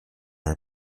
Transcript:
are